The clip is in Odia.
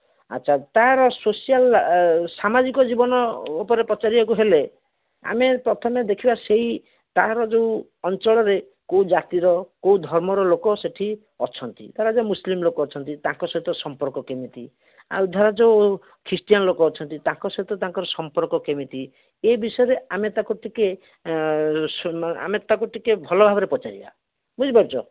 ଆଚ୍ଛା ତା'ର ସୋସିଆଲ୍ ସାମାଜିକ ଜୀବନ ଉପରେ ପଚାରିବା କୁ ହେଲେ ଆମେ ପ୍ରଥମେ ଦେଖିବା ସେଇ ତା'ର ଯୋଉ ଅଞ୍ଚଳରେ କୋଉ ଜାତି ର କୋଉ ଧର୍ମ ର ଲୋକ ସେଠି ଅଛନ୍ତି ଧରାଯାଉ ମୁସ୍ଲିମ୍ ଲୋକ ଅଛନ୍ତି ତାଙ୍କ ସହିତ ସମ୍ପର୍କ କେମିତି ଆଉ ଧର ଯୋଉ ଖ୍ରୀଷ୍ଟିଆନ୍ ଲୋକ ଅଛନ୍ତି ତାଙ୍କ ସହିତ ତାଙ୍କର ସମ୍ପର୍କ କେମିତି ଏଇ ବିଷୟରେ ଆମେ ତା'କୁ ଟିକେ ଆମେ ତା'କୁ ଟିକେ ଭଲ ଭାବରେ ପଚାରିବା ବୁଝିପାରୁଛ